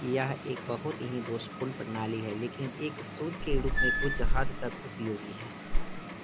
यह एक बहुत ही दोषपूर्ण प्रणाली है लेकिन एक शोध के रूप में कुछ हद तक उपयोगी है